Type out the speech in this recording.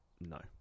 No